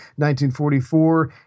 1944